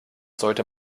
sollte